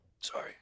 sorry